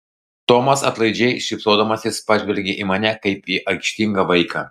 tomas atlaidžiai šypsodamasis pažvelgė į mane kaip į aikštingą vaiką